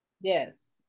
Yes